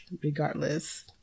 regardless